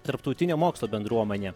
tarptautinė mokslo bendruomenė